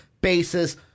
basis